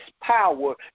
power